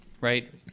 right